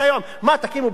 תקימו בתי-משפט,